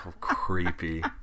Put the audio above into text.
creepy